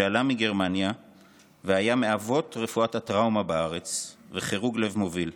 עלה מגרמניה והיה מאבות רפואת הטראומה בארץ וכירורג לב מוביל.